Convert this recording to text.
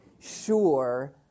sure